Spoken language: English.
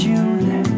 June